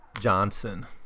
johnson